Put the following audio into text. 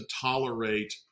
tolerate